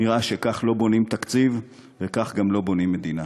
נראה שכך לא בונים תקציב, וכך גם לא בונים מדינה.